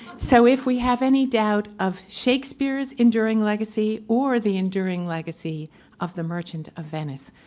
so if we have any doubt of shakespeare's enduring legacy, or the enduring legacy of the merchant of venice,